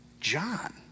John